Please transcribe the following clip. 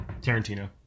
Tarantino